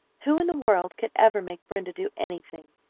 who in the world could ever make brenda do anything?